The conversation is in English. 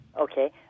Okay